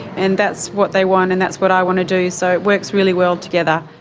and that's what they want and that's what i want to do, so it works really well together.